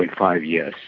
like five years.